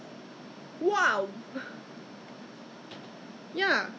没有啦没有啦他们这么大了哪里会给 face shield 应该是没有应该是